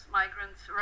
migrants